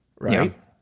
right